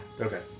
Okay